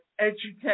education